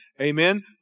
amen